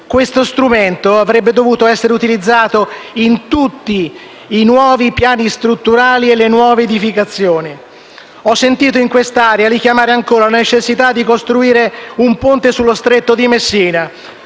Questo strumento avrebbe dovuto essere utilizzato in tutti i nuovi piani strutturali e per le nuove edificazioni. Ho sentito in quest'Aula richiamare ancora la necessità di costruire un ponte sullo Stretto di Messina.